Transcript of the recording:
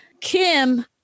Kim